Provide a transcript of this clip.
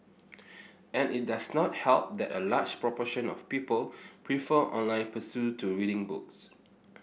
and it does not help that a large proportion of people prefer online pursuit to reading books